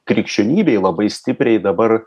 krikščionybėj labai stipriai dabar